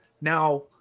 now